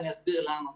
ואסביר למה.